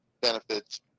benefits